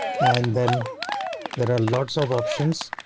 and then there are lots of options.